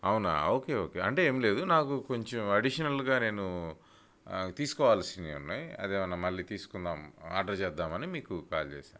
అవునా okay okay అంటే ఏమి లేదు నాకు కొంచెం అడిషనల్గా నేను తీసుకోవాల్సినవి ఉన్నాయి అది ఏమన్నా మళ్ళీ తీసుకుందాం ఆర్డర్ చేద్దామని మీకు కాల్ చేశాను